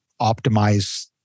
optimize